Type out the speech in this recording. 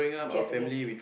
Japanese